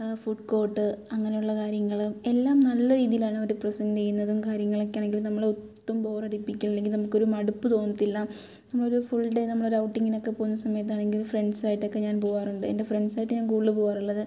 food court അങ്ങനുള്ള കാര്യങ്ങളും എല്ലാം നല്ല രീതിയിലാണ് അവർ പ്രസൻ്റെയ്യുന്നതും കാര്യങ്ങളൊക്കെയാണെങ്കിലും നമ്മളെ ഒട്ടും ബോറടിപ്പിക്കില്ലെങ്കിൽ നമുക്കൊരു മടുപ്പ് തോന്നത്തില്ല നമ്മളൊരു ഫുൾ ഡേ നമ്മളൊരു ഔട്ടിങ്ങിനൊക്കെ പോകുന്ന സമയത്താണെങ്കിൽ ഫ്രണ്ട്സായിട്ടൊക്കെ ഞാൻ പോകാറുണ്ട് എൻ്റെ ഫ്രണ്ട്സായിട്ട് ഞാൻ കൂടുതൽ പോകാറുള്ളത്